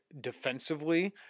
defensively